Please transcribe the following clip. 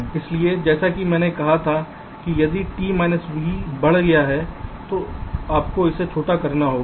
इसलिए जैसा कि मैंने कहा था कि यदि t v बढ़ गया है तो आपको इसे छोटा करना होगा